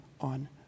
on